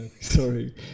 sorry